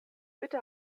bitte